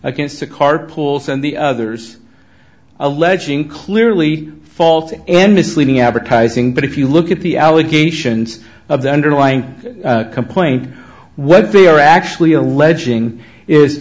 against the car pools and the others alleging clearly faulty and misleading advertising but if you look at the allegations of the underlying complaint what they're actually alleging is